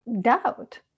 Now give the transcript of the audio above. doubt